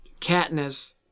Katniss